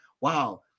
Wow